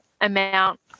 amount